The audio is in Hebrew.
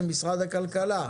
זה משרד הכלכלה.